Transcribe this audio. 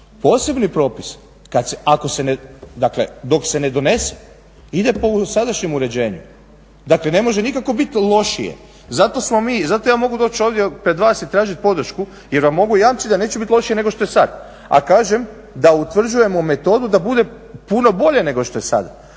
se ne, dakle dok se ne donese, ide po sadašnjem uređenju. Dakle, ne može nikako biti lošije. Zato smo mi, zato ja mogu doći ovdje pred vas i tražit podršku, jer vam mogu jamčit da neće biti lošije nego što je sad. A kažem da utvrđujemo metodu da bude puno bolje nego što je sada,